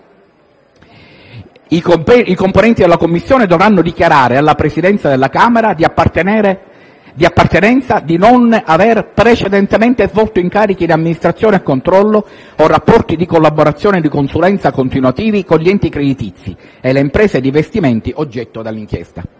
I componenti della Commissione dovranno dichiarare alla Presidenza della Camera di appartenenza di non aver precedentemente svolto incarichi di amministrazione o controllo o rapporti di collaborazione e di consulenza continuativa con gli enti creditizi e le imprese di investimento oggetto dell'inchiesta.